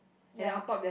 ya